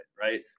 right